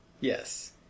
Yes